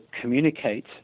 communicate